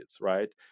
right